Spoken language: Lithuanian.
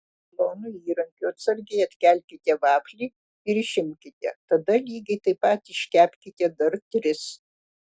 plonu įrankiu atsargiai atkelkite vaflį ir išimkite tada lygiai taip iškepkite dar tris